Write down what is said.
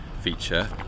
feature